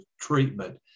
treatment